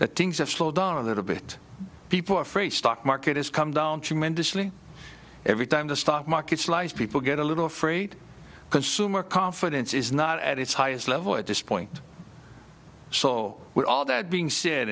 that things have slowed down a little bit people are afraid stock market has come down tremendously every time the stock market sliced people get a little afraid consumer confidence is not at its highest level at this point so with all that being said